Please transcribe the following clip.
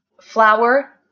flour